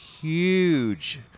huge